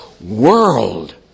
world